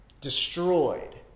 destroyed